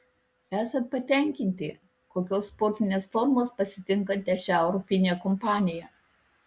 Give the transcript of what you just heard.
esat patenkinti kokios sportinės formos pasitinkate šią europinę kampaniją